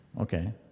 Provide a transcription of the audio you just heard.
Okay